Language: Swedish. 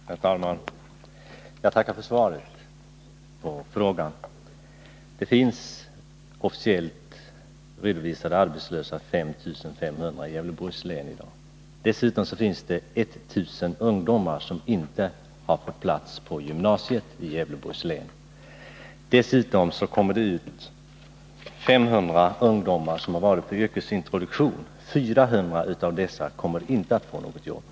Herr talman! Jag tackar för svaret på frågan. Det finns officiellt redovisat 5 500 arbetslösa i Gävleborgs län. Det finns 1000 ungdomar som inte har fått plats på gymnasiet i Gävleborgs län. Dessutom kommer det ut 500 ungdomar som varit på yrkesintroduktion, och 400 av dessa kommer inte att få något jobb.